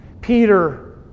Peter